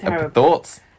Thoughts